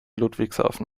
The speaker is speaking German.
ludwigshafen